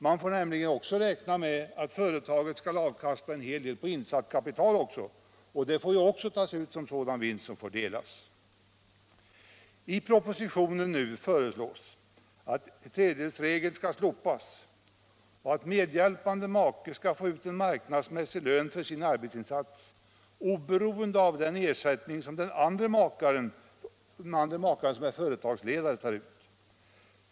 Man får nämligen också räkna med att företaget även skall avkasta en hel del på insatt kapital, och det får ju också tas ut som sådan vinst som får delas. I propositionen föreslås nu att tredjedelsregeln skall slopas och att medhjälpande make skall få ut en marknadsmässig lön för sin arbetsinsats, oberoende av den ersättning som den andre maken, som är företagsledare, tar ut.